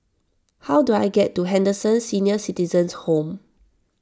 how do I get to Henderson Senior Citizens' Home